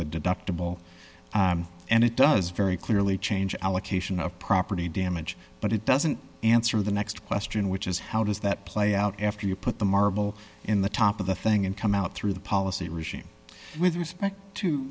the deductible and it does very clearly change allocation of property damage but it doesn't answer the next question which is how does that play out after you put the marble in the top of the thing and come out through the policy regime with